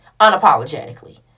unapologetically